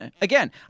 again